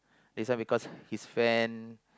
this one because his friend